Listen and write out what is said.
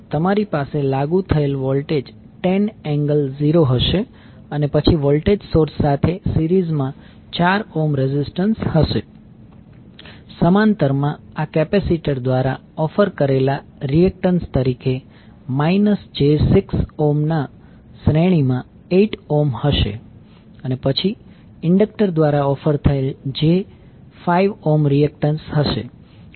તમારી પાસે લાગુ થયેલ વોલ્ટેજ 10 એંગલ 0 હશે અને પછી વોલ્ટેજ સોર્સ સાથે સિરીઝમાં 4 ઓહ્મ રેઝિસ્ટન્સ હશે સમાંતરમાં આ કેપેસિટર દ્વારા ઓફર કરેલા રિએકટન્સ તરીકે j6 ઓહ્મના શ્રેણીમાં 8 ઓહ્મ હશે અને પછી ઇન્ડક્ટર દ્વારા ઓફર થયેલ j5 ઓહ્મ રિએક્ટન્સ હશે